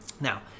Now